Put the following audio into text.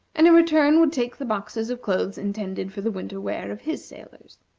and in return would take the boxes of clothes intended for the winter wear of his sailors.